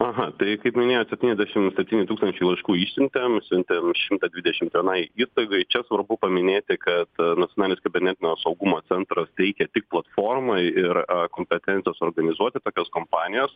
aha tai kaip minėjot septyniasdešim septyni tūkstančiai laiškų išsiuntėm siuntėm šimtas dvidešimt vienai įstaigai čia svarbu paminėti kad nacionalinis kibernetinio saugumo centras teikia tik platformą ir kompetenciją suorganizuoti tokias kompanijas